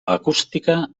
acústica